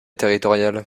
territoriale